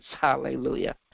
Hallelujah